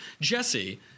Jesse